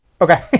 Okay